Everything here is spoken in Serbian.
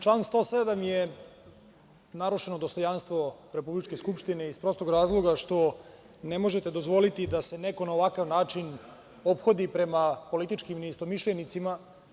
Član 107. je narušeno dostojanstvo republičke Skupštine, iz prostog razloga što ne možete dozvoliti da se neko na ovakav način ophodi prema političkim neistomišljenicima.